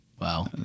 Wow